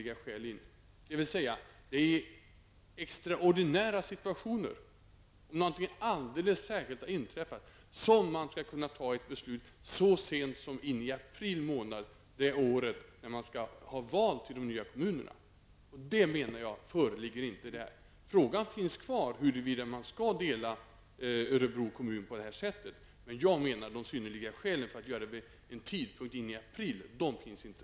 Det skall vara extraordinära situationer, något alldeles särskilt skall ha inträffat, för att kunna fatta ett beslut så sent som i april månad det året som det skall vara val till de nya kommunerna. Det föreligger inte i det här fallet. Frågan finns kvar huruvida Örebro kommun skall delas på det sättet. Jag menar att de synnerliga skälen för att göra det vid en tidpunkt i april finns inte.